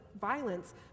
violence